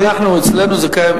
אצלנו זה קיים.